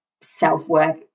self-work